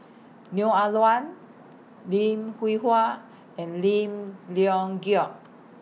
Neo Ah Luan Lim Hwee Hua and Lim Leong Geok